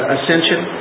Ascension